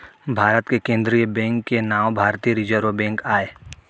भारत के केंद्रीय बेंक के नांव भारतीय रिजर्व बेंक आय